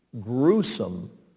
gruesome